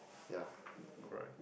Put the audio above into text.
yeah